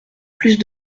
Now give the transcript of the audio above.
plus